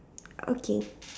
okay